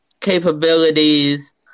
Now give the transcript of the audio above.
capabilities